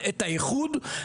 אני יודע כמה אתה מחויב לעניין,